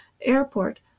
airport